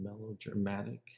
melodramatic